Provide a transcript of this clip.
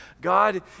God